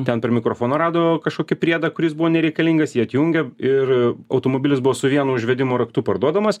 ten prie mikrofono rado kažkokį priedą kuris buvo nereikalingas jį atjungė ir automobilis buvo su vienu užvedimo raktu parduodamas